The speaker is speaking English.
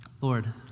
Lord